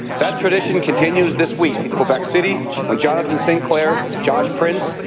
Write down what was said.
that tradition continues this week in quebec city when jonathan sinclair, josh prince,